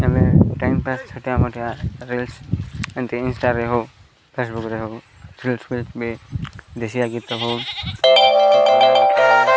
ଆମେ time pass ଛୋଟିଆ ମୋଟିଆ ରିଲ୍ସ ଏମିତି ଇନଷ୍ଟାରେ ହଉ ଫେସବୁକ୍ରେ ହଉ ରିଲ୍ସ ଦେଶୀଆ ଗୀତ ହଉ